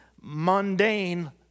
mundane